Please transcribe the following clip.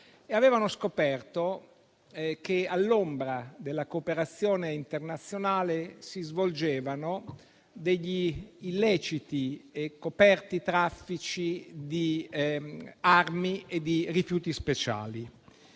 avevano così scoperto che, all'ombra della cooperazione internazionale, si svolgevano degli illeciti e traffici coperti di armi e rifiuti speciali.